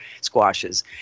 squashes